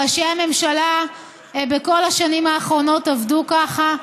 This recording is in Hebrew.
ראשי הממשלה בכל השנים האחרונות עבדו ככה.